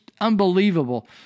unbelievable